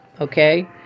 Okay